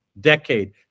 decade